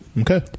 Okay